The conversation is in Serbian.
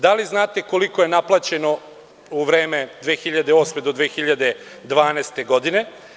Da li znate koliko je naplaćeno u vreme od 2008. do 2012. godine?